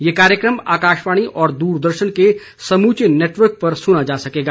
यह कार्यक्रम आकाशवाणी और दूरदर्शन के समूचे नेटवर्क पर सुना जा सकेगा